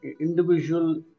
individual